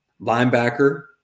linebacker